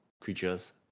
creatures